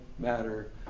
Matter